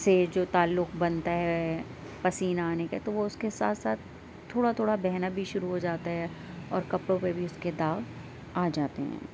سے جو تعلق بنتا ہے پسینہ آنے کا تو وہ اس کے ساتھ ساتھ تھوڑا تھوڑا بہنا بھی شروع ہو جاتا ہے اور کپڑوں پہ بھی اس کے داغ آ جاتے ہیں